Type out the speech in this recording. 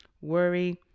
worry